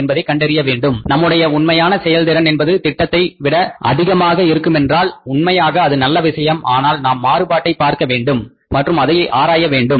என்பதை கண்டறிய வேண்டும் நம்முடைய உண்மையான செயல்திறன் என்பது திட்டமிட்டதை விட அதிகமாக இருக்குமென்றால் உண்மையாக அது நல்ல விஷயம் ஆனால் நாம் மாறுபாட்டை பார்க்க வேண்டும் மற்றும் அதை ஆராய வேண்டும்